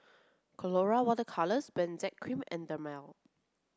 Colora water Colours Benzac cream and Dermale